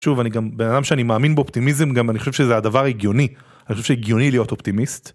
שוב אני גם בנאדם שאני מאמין באופטימיזם גם אני חושב שזה הדבר הגיוני, אני חושב שהגיוני להיות אופטימיסט.